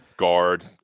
Guard